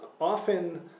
often